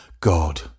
God